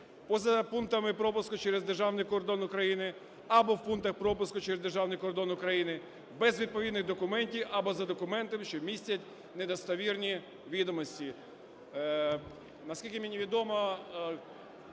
поза пунктами пропуску через державний кордон України або в пунктах пропуску через державний кордон України без відповідних документів або за документами, що містять недостовірні відомості. Наскільки мені відомо,